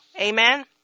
Amen